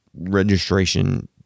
registration